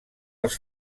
els